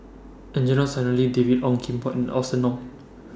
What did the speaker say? Angelo Sanelli David Ong Kim Port and Austen Ong